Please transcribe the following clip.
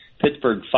Pittsburgh